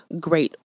great